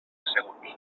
asseguts